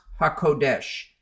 HaKodesh